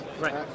Right